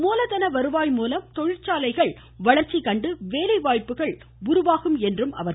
மூலதன வருவாய்மூலம் தொழிற்சாலைகள் வளர்ச்சி கண்டு வேலைவாய்ப்புகள் உருவாகும் என்றார் அவர்